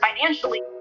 financially